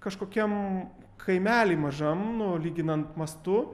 kažkokiam kaimely mažam nu lyginant mastu